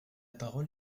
parole